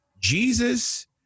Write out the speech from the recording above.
Jesus